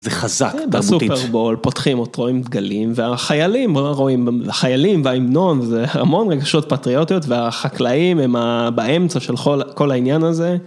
זה חזק בסופרבול פותחים עוד רואים דגלים והחיילים רואים חיילים וההמנון זה המון רגשות פטריוטיות והחקלאים הם באמצע של כל העניין הזה.